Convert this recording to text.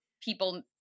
people